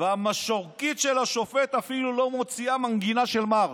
"המשרוקית של השופט אפילו לא מוציאה מנגינה של מארש".